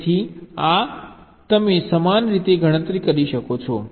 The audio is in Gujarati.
તેથી આ તમે સમાન રીતે ગણતરી કરી શકો છો